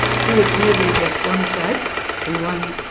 she was moving just one side and one